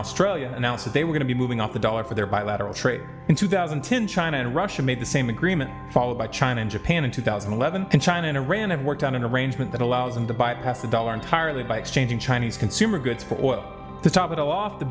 australia announced that they were going to be moving up the dollar for their bilateral trade in two thousand and ten china and russia made the same agreement followed by china and japan in two thousand and eleven and china and iran have worked out an arrangement that allows them to bypass the dollar entirely by exchanging chinese consumer goods for the top it all off the